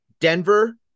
Denver